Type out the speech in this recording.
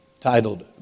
titled